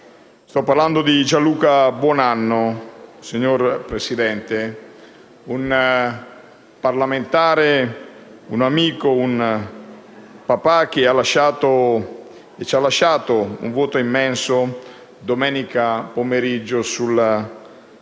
Sto parlando di Gianluca Buonanno, signor Presidente, un parlamentare, un amico, un papà, che ci lasciato un vuoto immenso domenica pomeriggio,